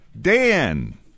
Dan